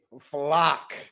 Flock